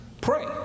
pray